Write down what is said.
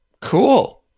Cool